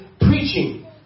preaching